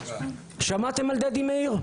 שמעתם על דדי מאיר?